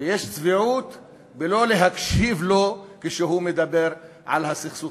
ויש צביעות בלא להקשיב לו כשהוא מדבר על הסכסוך